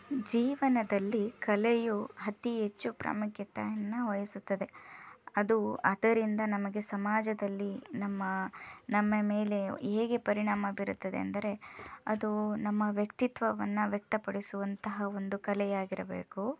ಜೀವನದಲ್ಲಿ ಕಲೆಯು ಅತೀ ಹೆಚ್ಚು ಪ್ರಾಮುಖ್ಯತೆಯನ್ನು ವಹಿಸುತ್ತದೆ ಅದು ಅದರಿಂದ ನಮಗೆ ಸಮಾಜದಲ್ಲಿ ನಮ್ಮ ನಮ್ಮ ಮೇಲೆ ಹೇಗೆ ಪರಿಣಾಮ ಬೀರುತ್ತದೆ ಅಂದರೆ ಅದು ನಮ್ಮ ವ್ಯಕ್ತಿತ್ವವನ್ನು ವ್ಯಕ್ತಪಡಿಸುವಂತಹ ಒಂದು ಕಲೆಯಾಗಿರಬೇಕು